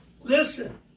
Listen